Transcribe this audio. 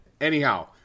Anyhow